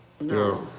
No